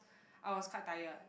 I was quite tired